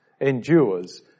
endures